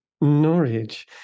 Norwich